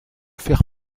faire